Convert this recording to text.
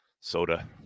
soda